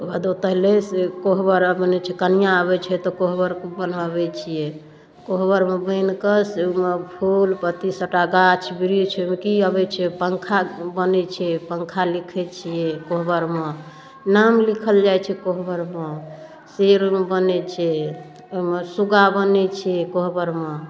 ओकर बाद से कोहबर बनाबै छिए कनिआ आबै छै तऽ कोहबर बनाबै छिए कोहबरमे बनिकऽ से ओहिमे फूल पत्ती सबटा गाछ बिरिछ ओहिमे कि आबै छै पंखा बनै छै पंखा लिखै छिए कोहबरमे नाम लिखल जाए छै कोहबरमे शेर बनै छै ओहिमे सुग्गा बनै छै कोहबरमे